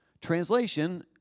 Translation